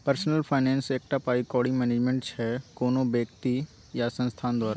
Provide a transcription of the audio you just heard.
personal finance एकटा पाइ कौड़ी मैनेजमेंट छै कोनो बेकती या संस्थान द्वारा